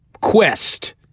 quest